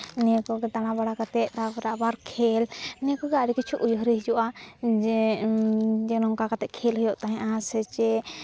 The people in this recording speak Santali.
ᱱᱚᱣᱟ ᱠᱚ ᱫᱟᱬᱟᱼᱵᱟᱲᱟ ᱠᱟᱛᱮᱜ ᱛᱟᱨᱯᱚᱨᱮ ᱟᱵᱟᱨ ᱠᱷᱮᱞ ᱱᱤᱭᱟᱹ ᱠᱚᱜᱮ ᱟᱹᱰᱤ ᱠᱤᱪᱷᱩ ᱩᱭᱦᱟᱹᱨ ᱦᱤᱡᱩᱜᱼᱟ ᱡᱮ ᱱᱚᱝᱠᱟ ᱠᱟᱛᱮᱜ ᱠᱷᱮᱞ ᱦᱩᱭᱩᱜᱼᱟ ᱥᱮ ᱪᱮᱫ